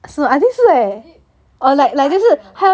is it wait 哪里的